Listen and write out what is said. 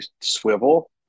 swivel